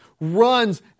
runs